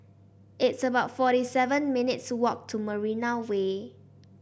it's about forty seven minutes' walk to Marina Way